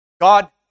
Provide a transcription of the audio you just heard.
God